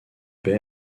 baie